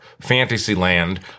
Fantasyland